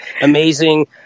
Amazing